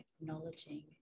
acknowledging